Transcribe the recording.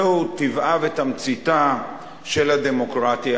אלו טבעה ותמציתה של הדמוקרטיה.